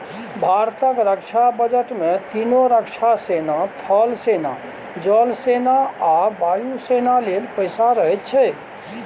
भारतक रक्षा बजट मे तीनों रक्षा सेना थल सेना, जल सेना आ वायु सेना लेल पैसा रहैत छै